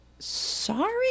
sorry